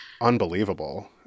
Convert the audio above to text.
unbelievable